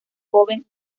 joven